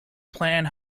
plan